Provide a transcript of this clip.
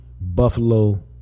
Buffalo